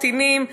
קטינים,